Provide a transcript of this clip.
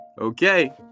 Okay